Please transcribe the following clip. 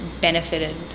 benefited